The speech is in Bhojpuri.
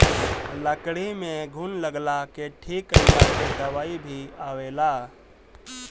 लकड़ी में घुन लगला के ठीक कइला के दवाई भी आवेला